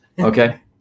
Okay